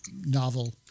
novel